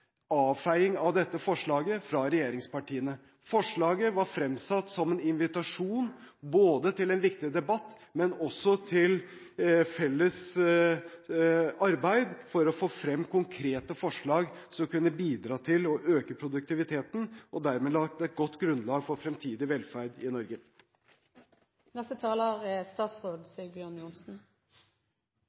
avfeiing av dette forslaget fra regjeringspartienes side. Forslaget var fremsatt som en invitasjon både til en viktig debatt og til felles arbeid for å få frem konkrete forslag som kunne bidratt til å øke produktiviteten – og dermed lagt et godt grunnlag for fremtidig velferd i